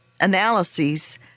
analyses